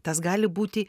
tas gali būti